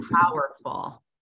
powerful